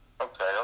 okay